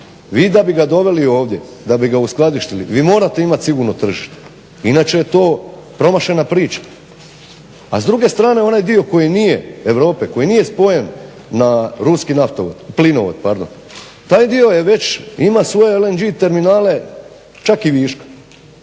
Vi da bi ga doveli ovdje, da bi ga uskladištili vi morate imati sigurno tržište inače je to promašena priča. A s druge strane onaj dio koji nije, koji nije spojen na ruski naftovod, plinovod pardon, taj dio je već ima svoje LNG terminale čak i viška,